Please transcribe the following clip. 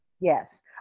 Yes